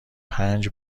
پنج